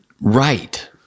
right